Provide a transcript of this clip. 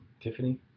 Tiffany